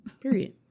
period